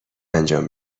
انجام